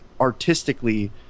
artistically